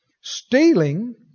Stealing